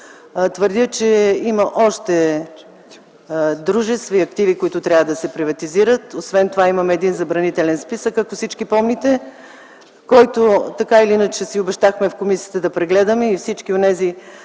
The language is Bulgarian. Твърдя, че има още дружества и активи, които трябва да се приватизират. Освен това имаме един Забранителен списък, ако всички помните, който, така или иначе, си обещахме в комисията да прегледаме и всички онези